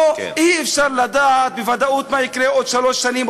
אי-אפשר לדעת בוודאות מה יקרה בעוד שלוש שנים,